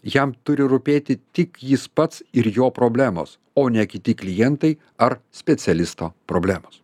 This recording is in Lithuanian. jam turi rūpėti tik jis pats ir jo problemos o ne kiti klientai ar specialisto problemos